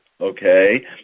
okay